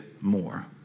more